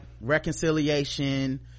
reconciliation